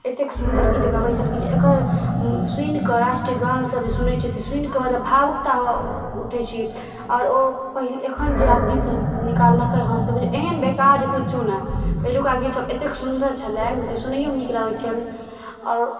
एतेक सुन्दर गीत गबै छलखिन जे एकर सुनि कऽ राष्ट्रगान सब जे सुनै छी से सुनिकऽ मतलब भावुकता हो उठै छी आओर ओ पहिले एखन जे आब गीत सब निकालकै हँ से बुझियौ एहन बेकार जे पूछु नहि पहिलुका गीत सब एतेक सुन्दर छलै जे सुनैयौमे नीक लागै छै आओर